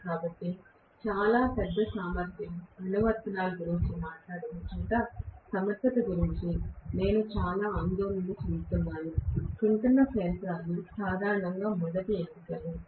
కాబట్టి చాలా పెద్ద సామర్థ్య అనువర్తనాల గురించి మాట్లాడిన చోట సమర్థత గురించి నేను చాలా ఆందోళన చెందుతున్నాను సింక్రోనస్ యంత్రాలు సాధారణంగా మొదటి ఎంపికలు